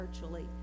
virtually